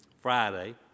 Friday